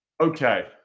Okay